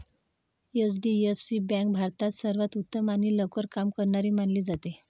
HDFC bank भारतात सर्वांत उत्तम आणि लवकर काम करणारी मानली जाते